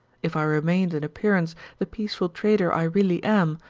if i remained in appearance the peaceful trader i really am,